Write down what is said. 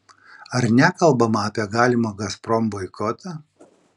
ar nekalbama apie galimą gazprom boikotą